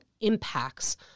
impacts